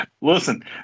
Listen